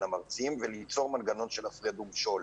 המרצים וליצור מנגנון של הפרד ומשול.